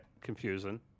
confusing